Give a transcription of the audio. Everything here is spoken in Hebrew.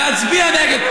ואצביע נגד.